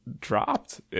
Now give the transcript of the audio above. dropped